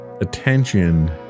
attention